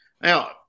Now